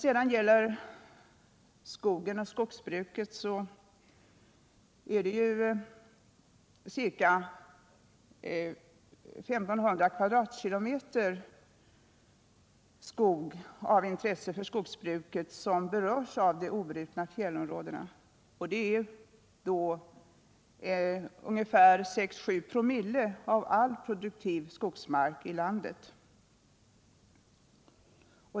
Ca 1500 km? skog av intresse för skogsbruket berörs av förslaget om obrutna fjällområden. Det innebär 6-7 ” av all produktiv skogsmark i landet.